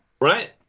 right